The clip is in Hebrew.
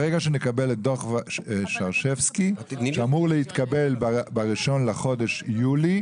ברגע שקבל את דוח שרשבסקי שאמור להתקבל ב-1 ביולי,